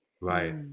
Right